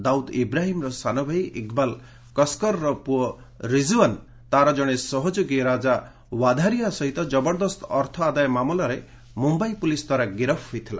ଦାଉଦ୍ ଇବ୍ରାହିମ୍ର ସାନଭାଇ ଇକ୍ବାଲ କସ୍କରର ପୁଅ ରିଜୁଆନ୍ ତା'ର ଜଣେ ସହଯୋଗୀ ରାଜା ୱାଧାରିଆ ସହିତ ଜବରଦସ୍ତ ଅର୍ଥ ଆଦାୟ ମାମଲାରେ ମୁମ୍ବାଇ ପୁଲିସ୍ ଦ୍ୱାରା ଗିରଫ ହୋଇଥିଲା